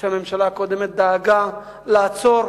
שהממשלה הקודמת דאגה לעצור.